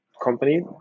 company